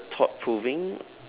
thought proving